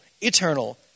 eternal